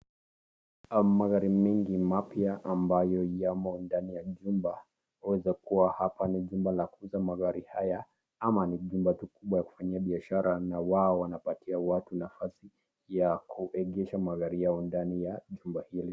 Magari mingi mapya ambayo yamo ndani ya nyumba yanaweza kuwa hapa ni nyumba ya kuuza magari hayo ama ni jumba kubwa ya kufanyia biashara wao wanapatia watu nafasi ya kuegesha magari yao kwa jumba hili.